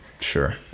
Sure